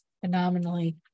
phenomenally